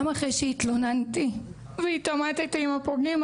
גם אחרי שהתלוננתי והתעמתי עם הפוגעים,